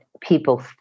people